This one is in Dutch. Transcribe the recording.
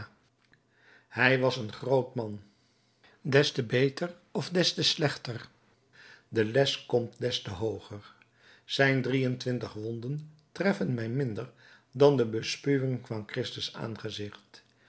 hij was een groot man des te beter of des te slechter de les komt des te hooger zijn drie-en-twintig wonden treffen mij minder dan de bespuwing van christus